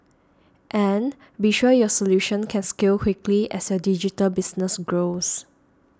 and be sure your solution can scale quickly as your digital business grows